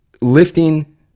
lifting